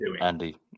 Andy